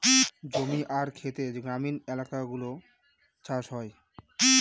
জমি আর খেতে গ্রামীণ এলাকাগুলো চাষ হয়